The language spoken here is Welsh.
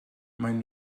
maen